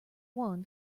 won